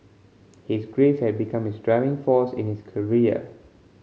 his grief had become his driving force in his career